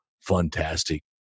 fantastic